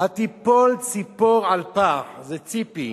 התיפול ציפור על פח, זה ציפי,